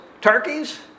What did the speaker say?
Turkeys